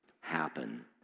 happen